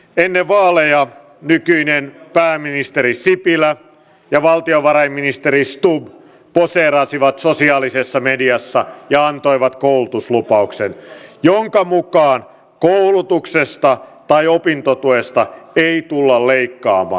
ennen vaaleja nykyinen pääministeri sipilä ja valtionvarainministeri stubb poseerasivat sosiaalisessa mediassa ja antoivat koulutuslupauksen jonka mukaan koulutuksesta tai opintotuesta ei tulla leikkaamaan